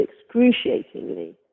excruciatingly